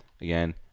again